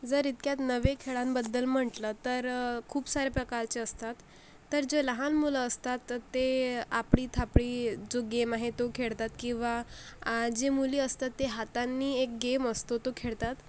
जर इतक्यात नवे खेळांबद्दल म्हटलं तर खूप सारे प्रकारचे असतात तर जे लहान मुलं असतात ते आपडी थापडी जो गेम आहे तो खेळतात किंवा जे मुली असतात ते हातांनी एक गेम असतो तो खेळतात